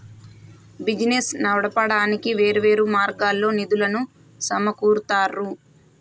business నడపడానికి వేర్వేరు మార్గాల్లో నిధులను సమకూరుత్తారు